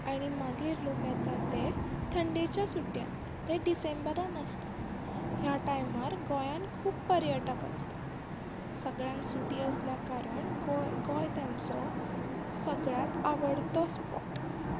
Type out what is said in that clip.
आनी मागीर लोक येतात ते थंडेच्या सुटयांनी तें डिसेंबरान आसता ह्या टायमार गोंयान खूब पर्यटक आसता सगळ्यांक सुटी आसल्या कारण गोय गोंय तेंचो सगळ्यात आवडतो स्पॉट